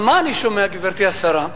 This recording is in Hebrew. אבל מה אני שומע, גברתי השרה?